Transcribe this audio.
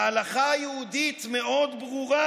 ההלכה היהודית ברורה